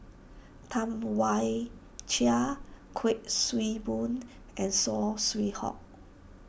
Tam Wai Jia Kuik Swee Boon and Saw Swee Hock